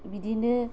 बिदिनो